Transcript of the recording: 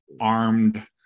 armed